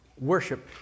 worship